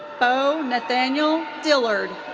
beau nathaniel dillard.